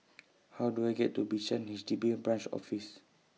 How Do I get to Bishan H D B Branch Office